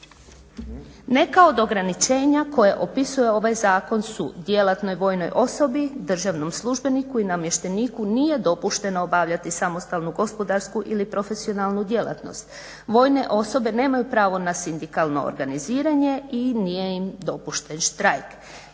Neka od ograničenja koje opisuje ovaj zakon su djelatnoj vojnoj osobi, državnom službeniku i namješteniku nije dopušteno obavljati samostalnu gospodarsku ili profesionalnu djelatnosti. Vojne osobe nemaju pravo na sindikalno organiziranje i nije im dopušten štrajk,